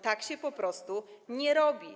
Tak się po prostu nie robi.